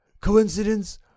coincidence